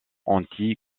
anti